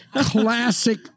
Classic